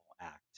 act